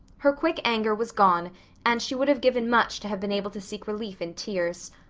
her quick anger was gone and she would have given much to have been able to seek relief in tears.